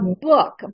book